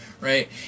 Right